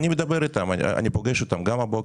אני מדבר איתם, אני פוגש אותם, גם הבוקר.